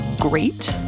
great